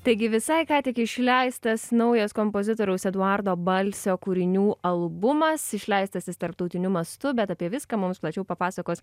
taigi visai ką tik išleistas naujas kompozitoriaus eduardo balsio kūrinių albumas išleistas jis tarptautiniu mastu bet apie viską mums plačiau papasakos